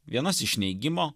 vienas iš neigimo